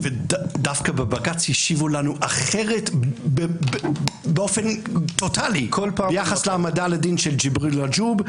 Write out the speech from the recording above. דווקא בבג"ץ השיבו לנו אחרת באופן טוטאלי ביחס להעמדה של ג'יבריל רג'וב.